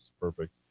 perfect